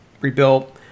rebuilt